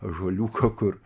ąžuoliuko kur